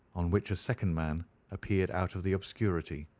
on which a second man appeared out of the obscurity.